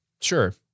Sure